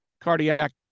cardiac